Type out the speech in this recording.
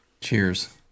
Cheers